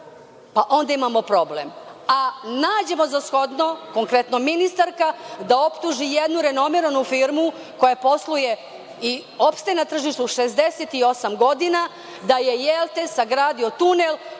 pa onda imamo problem. A nađemo za shodno, konkretno ministarka, da optuži jednu renomiranu firmu koja posluje i opstaje na tržištu 68 godina, da je sagradio tunel